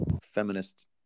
feminist